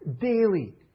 daily